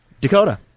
Dakota